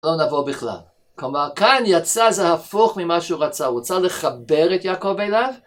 לא נבוא בכלל. כלומר, כאן יצא זה הפוך ממה שהוא רצה. הוא צריך לחבר את יעקב אליו.